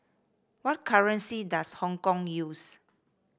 what currency does Hong Kong use